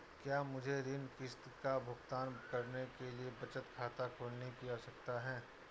क्या मुझे ऋण किश्त का भुगतान करने के लिए बचत खाता खोलने की आवश्यकता है?